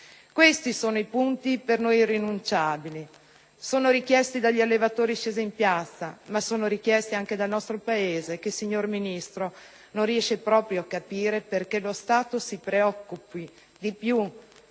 Questi sono i punti per noi irrinunciabili; sono richiesti dagli allevatori scesi in piazza, ma anche dal nostro Paese, che, signor Ministro, non riesce proprio a capire perché lo Stato si preoccupi di più delle